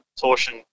torsion